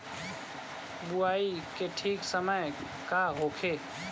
बुआई के ठीक समय का होखे?